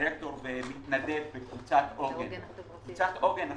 כדירקטור ומתנדב בקבוצת עוגן.